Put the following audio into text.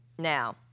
Now